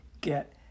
get